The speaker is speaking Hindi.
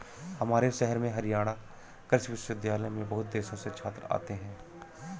हमारे शहर में हरियाणा कृषि विश्वविद्यालय में बहुत देशों से छात्र आते हैं